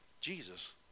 Jesus